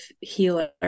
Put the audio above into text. healer